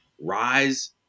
rise